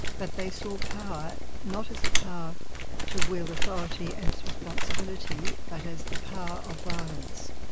but they saw power not as the power to wield authority as responsibility, but as the power of violence.